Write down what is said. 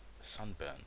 sunburn